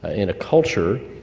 in a culture.